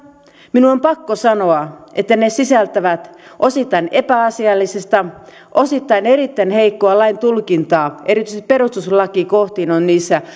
minun on pakko sanoa että ne sisältävät osittain epäasiallista osittain erittäin heikkoa lain tulkintaa erityisesti perustuslakikohtiin on niissä